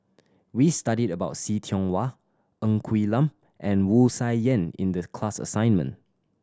we studied about See Tiong Wah Ng Quee Lam and Wu Tsai Yen in the class assignment